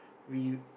we